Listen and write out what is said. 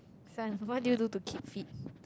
this one what do you do to keep fit